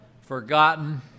forgotten